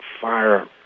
fire